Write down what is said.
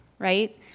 right